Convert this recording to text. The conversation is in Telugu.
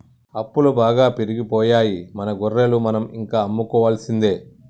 అప్పులు బాగా పెరిగిపోయాయి మన గొర్రెలు మనం ఇంకా అమ్ముకోవాల్సిందే